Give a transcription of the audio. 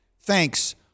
thanks